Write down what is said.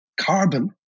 carbon